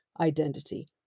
identity